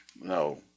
no